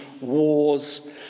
wars